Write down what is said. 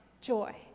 joy